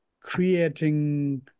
creating